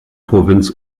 provinz